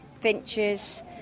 finches